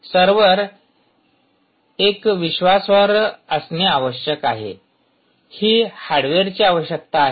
server एक विश्वासार्ह असणे आवश्यक आहे ही हार्डवेअरची आवश्यकता आहे